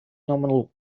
nominal